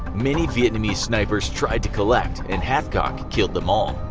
many vietnamese snipers tried to collect, and hathcock killed them all.